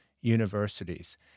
universities